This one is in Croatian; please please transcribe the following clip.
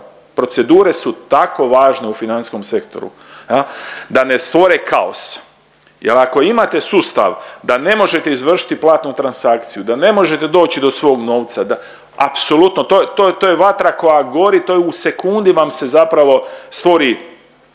Procedure su tako važne u financijskom sektoru, da ne stvore kaos, jer ako imate sustav da ne možete izvršiti platnu transakciju, da ne možete doći do svog novca, da apsolutno to, to je vatra koja gori to je u sekundi vam se zapravo stvori,